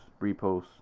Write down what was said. reposts